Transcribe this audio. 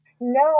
No